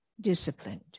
disciplined